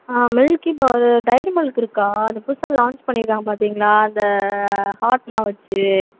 ஆ milky bar dairy milk இருக்கா அதை புதுசாக லான்ச் பண்ணியிருக்காங்க பார்த்திங்களா அந்த ஹார்ட்லாம் வச்சு